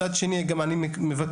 מצד שני גם אני מבקש,